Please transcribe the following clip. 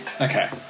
Okay